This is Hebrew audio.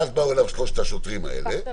ואז באו אליו שלושת השוטרים האלה --- סיפרת לנו.